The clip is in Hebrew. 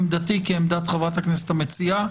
עמדתי כעמדת חברת הכנסת המציעה,